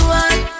one